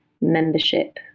membership